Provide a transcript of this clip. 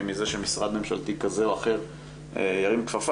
מזה שמשרד ממשלתי כזה או אחר ירים כפפה.